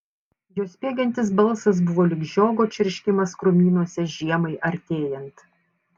jos spiegiantis balsas buvo lyg žiogo čirškimas krūmynuose žiemai artėjant